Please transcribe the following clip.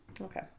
Okay